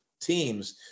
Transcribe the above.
teams